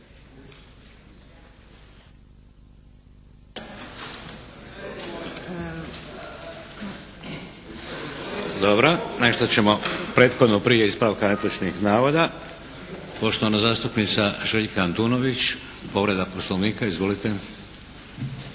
Dobro. Nešto ćemo prethodno prije ispravka netočnih navoda. Poštovana zastupnica Željka Antunović. Povreda Poslovnika. Izvolite.